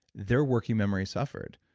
their working memory suffered.